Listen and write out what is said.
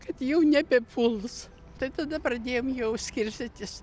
kad jau nebepuls tai tada pradėjom jau skirstytis